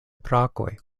brakoj